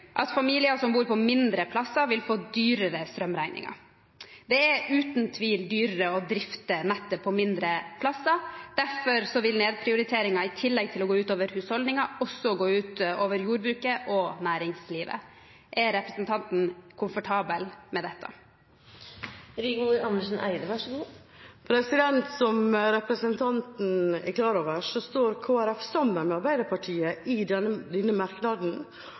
at familier som bor på mindre plasser, vil få dyrere strømregninger. Det er uten tvil dyrere å drifte nettet på mindre plasser, og derfor vil nedprioriteringen i tillegg til å gå ut over husholdninger også gå ut over jordbruket og næringslivet. Er representanten komfortabel med dette? Som representanten er klar over, står Kristelig Folkeparti sammen med Arbeiderpartiet i denne merknaden,